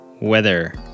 weather